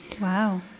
Wow